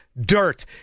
dirt